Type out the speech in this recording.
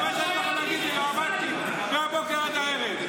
-- ואתם יכולים להגיד היועמ"שית מהבוקר עד הערב.